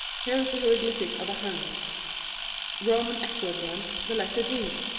here is the hieroglyphic of a hand roman equivalent, the letter d.